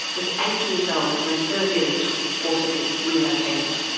was eight years old when her village was forcibly relocated.